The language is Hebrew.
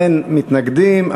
אין מתנגדים.